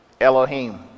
Elohim